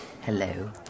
Hello